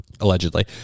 allegedly